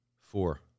four